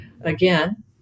again